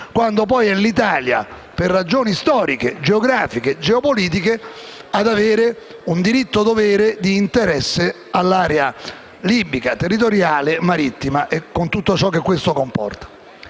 quando poi è l'Italia, per ragioni storiche, geografiche e geopolitiche, ad avere un diritto-dovere di interesse all'area libica territoriale e marittima, con tutto ciò che questo comporta.